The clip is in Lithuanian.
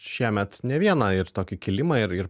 šiemet ne vieną ir tokį kilimą ir ir